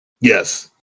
Yes